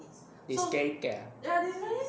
they scaredy cat ah